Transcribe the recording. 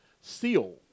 Seal